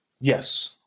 Yes